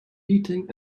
eating